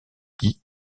dits